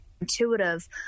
intuitive